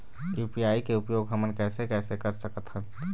UPI के उपयोग हमन कैसे कैसे कर सकत हन?